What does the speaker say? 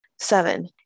Seven